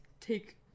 take